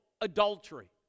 adultery